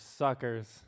suckers